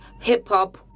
hip-hop